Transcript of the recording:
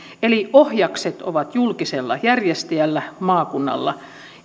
eli ohjakset ovat julkisella järjestäjällä maakunnalla